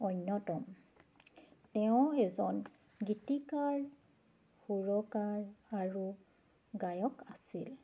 অন্যতম তেওঁ এজন গীতিকাৰ সুৰকাৰ আৰু গায়ক আছিল